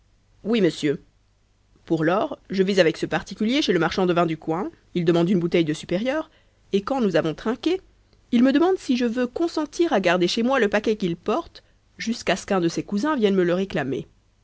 oui monsieur pour lors je vais avec ce particulier chez le marchand de vins du coin il demande une bouteille de supérieur et quand nous avons trinqué il me demande si je veux consentir à garder chez moi le paquet qu'il porte jusqu'à ce qu'un de ses cousins vienne me le réclamer